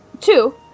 Two